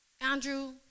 Andrew